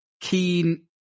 keen